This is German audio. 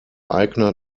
eigner